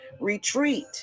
retreat